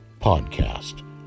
podcast